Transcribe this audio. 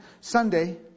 Sunday